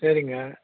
சரிங்க